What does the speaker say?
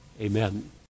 amen